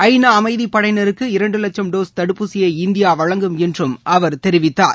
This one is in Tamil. ஐநா அமைதி படையினருக்கு இரண்டு வட்சும் டோஸ் தடுப்பூசியை இந்தியா வழங்கும் என்றும் அவர் தெரிவித்தார்